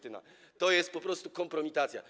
To jest po prostu kompromitacja.